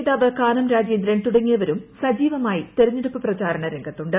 നേതാവ് കാനം രാജ്യേന്ദ്രൻ തുടങ്ങിയവരും സജീവമായി തിരഞ്ഞെടുപ്പ് പ്രപ്പാർണ രംഗത്തുണ്ട്